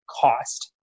cost